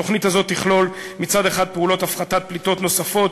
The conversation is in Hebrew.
התוכנית הזאת תכלול מצד אחד פעולות הפחתת פליטות נוספות,